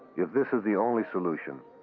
if this is the only solution,